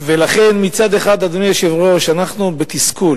לכן, מצד אחד, אדוני היושב-ראש, אנחנו בתסכול.